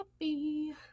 happy